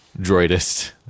droidist